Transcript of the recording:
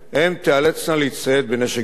הן תיאלצנה להצטייד בנשק גרעיני: